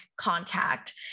contact